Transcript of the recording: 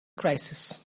crisis